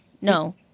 No